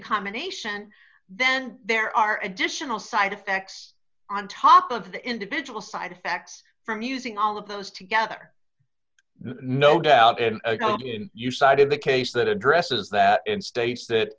combination then there are additional side effects on top of the individual side effects from using all of those together no doubt and you cited the case that addresses that in states that